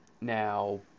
now